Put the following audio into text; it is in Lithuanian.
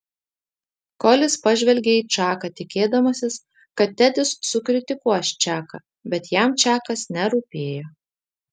kolis pažvelgė į čaką tikėdamasis kad tedis sukritikuos čaką bet jam čakas nerūpėjo